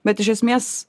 bet iš esmės